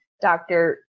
Doctor